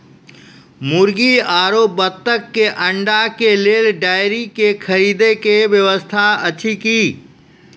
मुर्गी आरु बत्तक के अंडा के लेल डेयरी के खरीदे के व्यवस्था अछि कि?